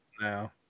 No